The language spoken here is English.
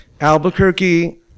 Albuquerque